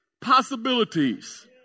possibilities